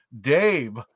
Dave